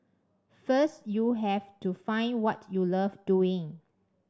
first you have to find what you love doing